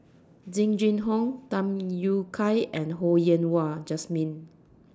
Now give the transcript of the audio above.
Jing Jun Hong Tham Yui Kai and Ho Yen Wah Jesmine